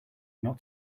not